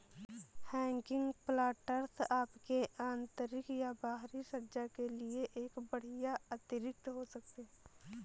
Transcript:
hanging planters आपके आंतरिक या बाहरी सज्जा के लिए एक बढ़िया अतिरिक्त हो सकते है